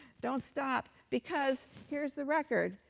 don't stop, because here's the record.